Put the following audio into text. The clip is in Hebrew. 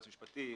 יועץ משפטי,